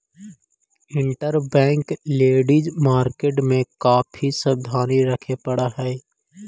interbank lending market में काफी सावधानी रखे पड़ऽ हई